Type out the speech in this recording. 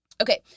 Okay